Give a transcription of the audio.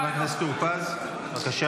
חבר הכנסת טור פז, בבקשה,